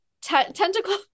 tentacle